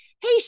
hey